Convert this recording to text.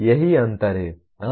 यही अंतर है